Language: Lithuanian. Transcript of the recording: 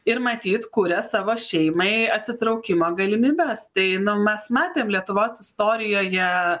ir matyt kuria savo šeimai atsitraukimo galimybes tai nu mes matėm lietuvos istorijoje